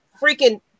freaking